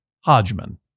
Hodgman